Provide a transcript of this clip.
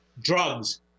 Drugs